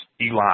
Eli